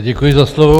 Děkuji za slovo.